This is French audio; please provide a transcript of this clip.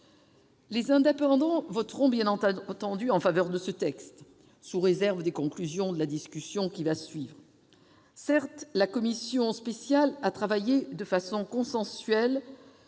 de l'Europe. Nous voterons bien entendu en faveur de ce texte, sous réserve des conclusions de la discussion qui va suivre. La commission spéciale a travaillé de manière consensuelle.